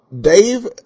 Dave